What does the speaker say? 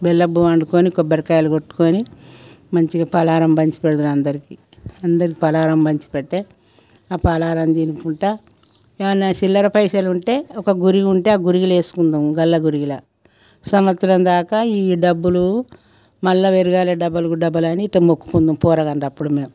బెల్లపు వండుకొని కొబ్బరికాయలు కొట్టుకొని మంచిగా పలారం పంచిపెడతారు అందరికి అందరికి పలారం పంచి పెడితే ఆ పలారం తినకుంటా ఏమన్నా చిల్లర పైసలుంటే ఒక గురుగుంటే ఆ గురుగులో వేసుకుంటాం గల్ల గురిగిలా సంవత్సరం దాకా ఈ డబ్బులు మళ్ళా పెరగాలే డబలుకి డబలు అని ఇట్లా మొక్కుకుందాం పోరగాళ్ళు అప్పుడు మేము